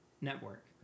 network